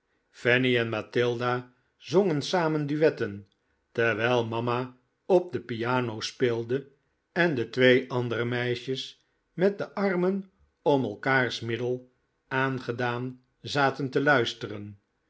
fanny en matilda zongen samen duetten terwijl mama op de piano speelde en de twee andere zusjes met de armen om elkaars middel aangedaan zaten te luisteren